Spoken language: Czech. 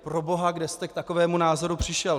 Proboha, kde jste k takovému názoru přišel?